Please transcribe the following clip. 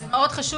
לא,